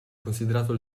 considerato